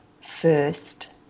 first